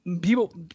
People